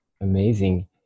Amazing